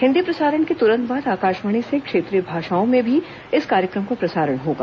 हिन्दी प्रसारण के तुरन्त बाद आकाशवाणी से क्षेत्रीय भाषाओं में भी इस कार्यक्रम का प्रसारण होगा